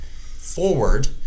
forward